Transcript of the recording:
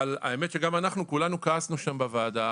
אבל האמת היא שגם אנחנו כולנו כעסנו שם בוועדה,